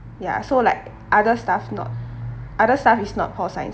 ya so like other stuff not other stuff is not pol science